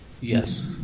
Yes